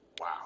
wow